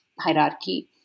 hierarchy